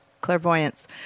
clairvoyance